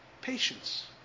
Patience